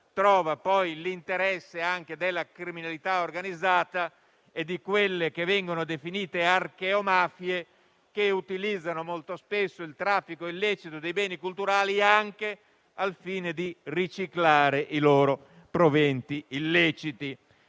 trova poi l'interesse anche della criminalità organizzata e di quelle che vengono definite archeomafie, che utilizzano molto spesso il traffico illecito di beni culturali anche al fine di riciclare i loro proventi illeciti.